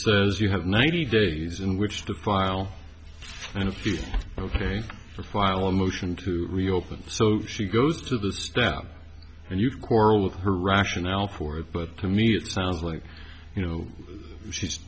says you have ninety days in which to file an appeal ok for file a motion to reopen so she goes to the step and you quarrel with her rationale for it but to me it sounds like you know she's